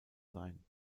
sein